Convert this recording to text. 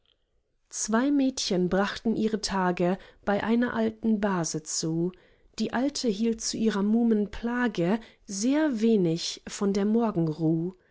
zwei mädchen brachten ihre tage bei einer alten base zu die alte hielt zu ihrer muhmen plage sehr wenig von der morgenruh